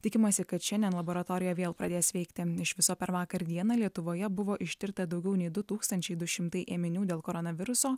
tikimasi kad šiandien laboratorija vėl pradės veikti iš viso per vakar dieną lietuvoje buvo ištirta daugiau nei du tūkstančiai du šimtai ėminių dėl koronaviruso